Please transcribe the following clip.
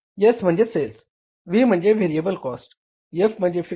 S म्हणेज cells